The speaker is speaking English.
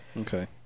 Okay